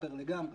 חאפר לגמרי,